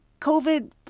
COVID